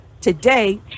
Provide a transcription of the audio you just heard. Today